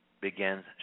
begins